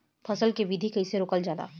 फसल के वृद्धि कइसे रोकल जाला?